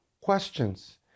questions